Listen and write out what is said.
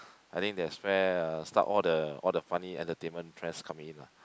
I think they spare start all the all the funny entertainment trends come in ah